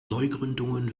neugründungen